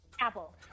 Apple